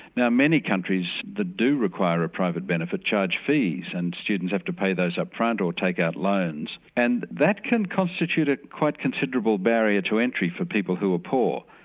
now many countries that do require a private benefit charge fees and students have to pay those upfront or take out loans. and that can constitute a quite considerable barrier to entry for people who are poor.